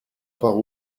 par